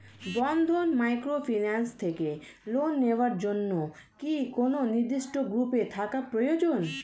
বন্ধন microfinance থেকে loan নেওয়ার জন্য কি কোন নির্দিষ্ট গ্রুপে থাকা প্রয়োজন?